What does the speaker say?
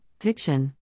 Fiction